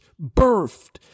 birthed